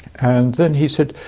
and then he said,